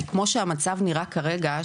כי כמו שהמצב נראה כרגע,